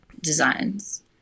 designs